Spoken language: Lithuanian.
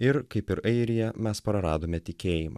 ir kaip ir airija mes praradome tikėjimą